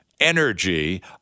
energy